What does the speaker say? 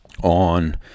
on